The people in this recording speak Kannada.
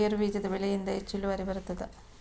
ಗೇರು ಬೀಜದ ಬೆಳೆಯಿಂದ ಹೆಚ್ಚು ಇಳುವರಿ ಬರುತ್ತದಾ?